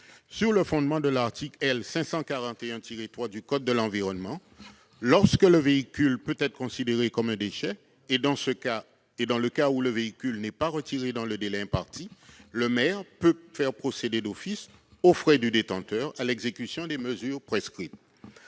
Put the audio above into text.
sur le fondement de l'article L. 541-3 du code de l'environnement, lorsque le véhicule peut être considéré comme un déchet ; dans le cas où le véhicule n'est pas retiré dans le délai imparti, le maire peut faire procéder d'office, aux frais de son propriétaire, à l'exécution des mesures prescrites.